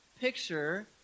picture